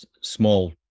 small